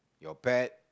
your pet